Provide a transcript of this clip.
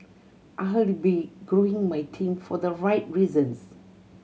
I had be growing my team for the right reasons